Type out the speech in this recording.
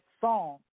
song